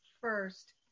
first